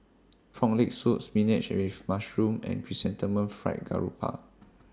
Frog Leg Soup Spinach with Mushroom and Chrysanthemum Fried Garoupa